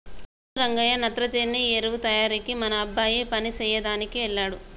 అవును రంగయ్య నత్రజని ఎరువు తయారీకి మన అబ్బాయి పని సెయ్యదనికి వెళ్ళాడు